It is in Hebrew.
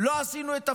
לא עשינו את תפקידנו.